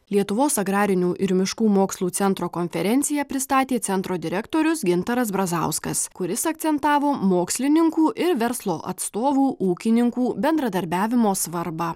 lietuvos agrarinių ir miškų mokslų centro konferenciją pristatė centro direktorius gintaras brazauskas kuris akcentavo mokslininkų ir verslo atstovų ūkininkų bendradarbiavimo svarbą